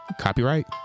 Copyright